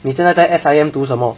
你现在在 S_I_M 读什么